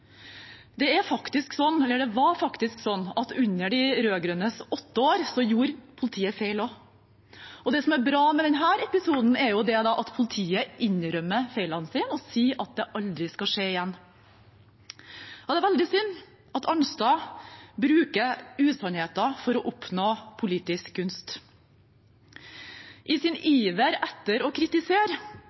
Det var faktisk sånn også under de rød-grønnes åtte år at politiet gjorde feil, og det som er bra med denne episoden, er at politiet innrømmer feilene sine og sier at det aldri skal skje igjen. Da er det veldig synd at Arnstad bruker usannheter for å oppnå politisk gunst. I sin iver etter å kritisere